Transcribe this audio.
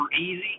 easy